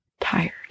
tired